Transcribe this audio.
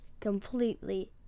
completely